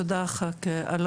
תודה ח"כ אלון,